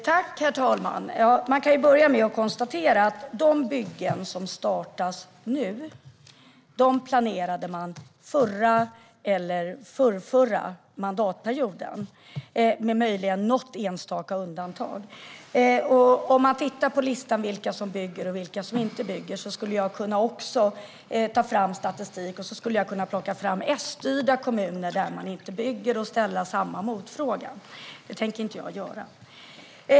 Herr talman! Man kan börja med att konstatera att de byggen som startas nu planerades förra eller förrförra mandatperioden, möjligen med något enstaka undantag. Vad gäller listan över vilka som bygger och vilka som inte bygger skulle även jag kunna ta fram statistik. Jag skulle kunna plocka fram S-styrda kommuner där man inte bygger och ställa samma motfråga. Men det tänker jag inte göra.